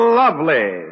lovely